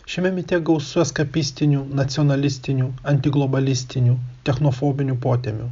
šiame mite gausus eskapistinių nacionalistinių antiglobalistinių technofobinių potemių